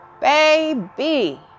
Baby